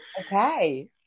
okay